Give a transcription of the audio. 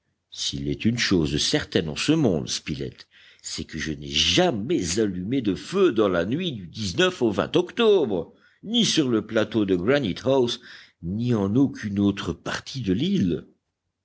s'il est une chose certaine en ce monde spilett c'est que je n'ai jamais allumé de feu dans la nuit du au octobre ni sur le plateau de granite house ni en aucune autre partie de l'île